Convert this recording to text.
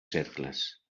cercles